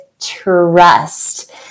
trust